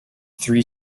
three